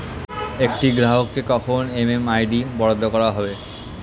একটি গ্রাহককে কখন এম.এম.আই.ডি বরাদ্দ করা হবে?